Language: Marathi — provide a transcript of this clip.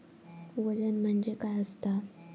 वजन म्हणजे काय असता?